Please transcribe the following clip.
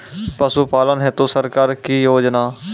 पशुपालन हेतु सरकार की योजना?